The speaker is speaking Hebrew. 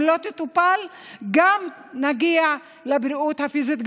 אם היא לא תטופל נגיע גם לבריאות הפיזית,